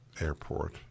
Airport